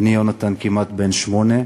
בני יונתן כמעט בן שמונה.